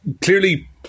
clearly